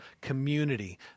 community